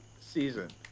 season